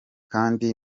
kandi